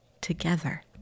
together